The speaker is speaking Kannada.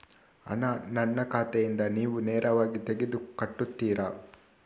ಹಣ ನನ್ನ ಖಾತೆಯಿಂದ ನೀವು ನೇರವಾಗಿ ತೆಗೆದು ಕಟ್ಟುತ್ತೀರ?